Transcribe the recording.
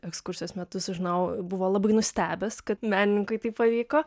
ekskursijos metu sužinojau buvo labai nustebęs kad menininkui tai pavyko